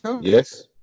Yes